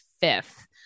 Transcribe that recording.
fifth